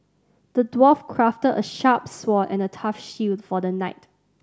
the dwarf crafted a sharp sword and a tough shield for the knight